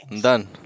Done